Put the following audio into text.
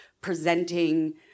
presenting